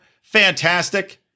fantastic